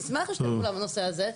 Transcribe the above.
נשמח לשתף פעולה בנושא הזה.